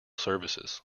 services